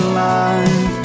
life